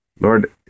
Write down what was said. lord